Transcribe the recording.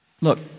Look